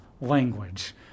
language